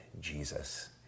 Jesus